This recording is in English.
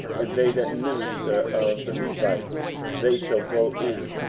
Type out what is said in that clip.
and they that minister of the levites they shall go in,